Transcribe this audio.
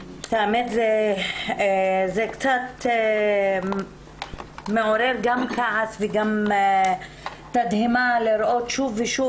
את האמת זה קצת מעורר גם כעס וגם תדהמה לראות שוב ושוב